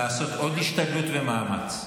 לעשות עוד השתדלות ומאמץ,